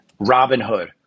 Robinhood